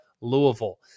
Louisville